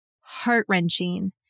heart-wrenching